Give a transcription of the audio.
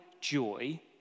joy